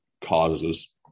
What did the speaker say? causes